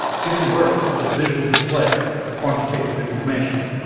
giving birth to visual display of quantitative information.